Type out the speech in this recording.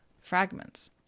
fragments